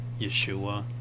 Yeshua